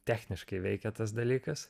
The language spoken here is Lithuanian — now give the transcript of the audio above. techniškai veikia tas dalykas